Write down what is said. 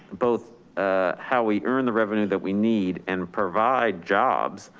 both ah how we earn the revenue that we need and provide jobs,